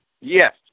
Yes